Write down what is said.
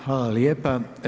Hvala lijepa.